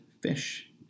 fish